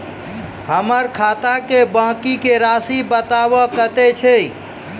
हमर खाता के बाँकी के रासि बताबो कतेय छै?